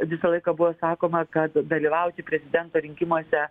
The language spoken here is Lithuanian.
visą laiką buvo sakoma kad dalyvauti prezidento rinkimuose